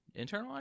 Internalized